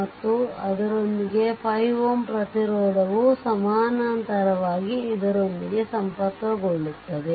ಮತ್ತು ಇದರೊಂದಿಗೆ 5 Ω ಪ್ರತಿರೋಧವು ಸಮಾನಾಂತರವಾಗಿ ಇದರೊಂದಿಗೆ ಸಂಪರ್ಕಗೊಳ್ಳುತ್ತದೆ